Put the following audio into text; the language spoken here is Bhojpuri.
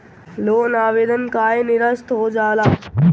लोन आवेदन काहे नीरस्त हो जाला?